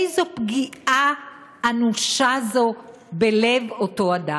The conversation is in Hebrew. איזה פגיעה אנושה זאת בלב אותו אדם.